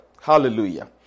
hallelujah